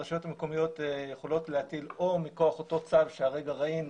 הרשויות המקומיות יכולות להטיל או מכוח אותו צו שהרגע ראינו,